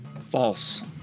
False